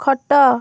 ଖଟ